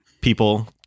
people